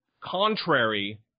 contrary